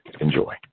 enjoy